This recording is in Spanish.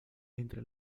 entre